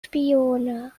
spione